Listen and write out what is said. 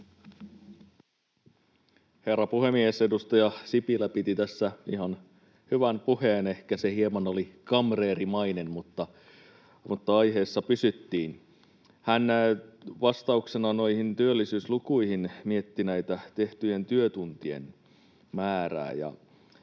herra puhemies! Edustaja Sipilä piti tässä ihan hyvän puheen. Ehkä se hieman oli kamreerimainen, mutta aiheessa pysyttiin. Hän vastauksena noihin työllisyyslukuihin mietti tehtyjen työtuntien määrää.